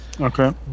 Okay